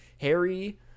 harry